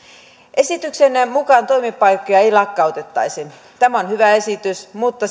esityksen mukaan toimipaikkoja ei lakkautettaisi tämä on hyvä esitys mutta